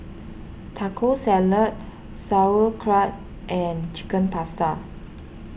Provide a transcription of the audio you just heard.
Taco Salad Sauerkraut and Chicken Pasta